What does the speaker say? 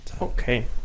okay